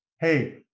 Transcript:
hey